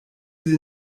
sie